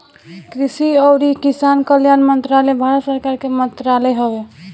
कृषि अउरी किसान कल्याण मंत्रालय भारत सरकार के मंत्रालय हवे